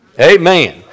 Amen